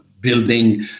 building